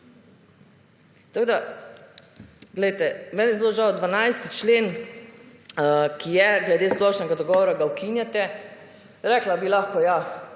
Tako da, poglejte, meni je zelo žal, 12. člen ki je glede splošnega dogovora, ga ukinjate. Rekla bi lahko, ja,